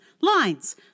lines